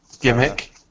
gimmick